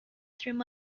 through